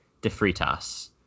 DeFritas